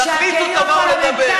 תחליטו ואז נדבר.